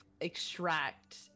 extract